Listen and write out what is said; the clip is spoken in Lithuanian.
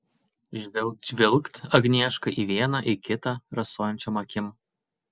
žvilgt žvilgt agnieška į vieną į kitą rasojančiom akim